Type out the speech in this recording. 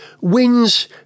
wins